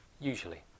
usually